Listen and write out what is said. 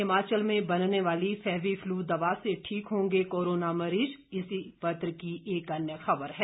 हिमाचल में बनने वाली फैबिफलू दवा से ठीक होंगे कोरोना मरीज इसी पत्र की एक अन्य खबर है